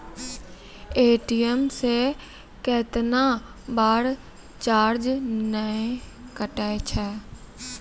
ATM से कैतना बार चार्ज नैय कटै छै?